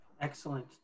Excellent